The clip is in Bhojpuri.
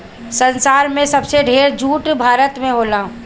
संसार में सबसे ढेर जूट भारत में होला